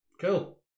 Cool